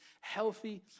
healthy